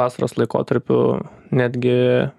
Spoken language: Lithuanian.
vasarą vasaros laikotarpiu netgi